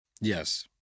Yes